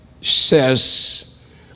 says